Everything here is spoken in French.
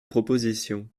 proposition